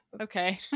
Okay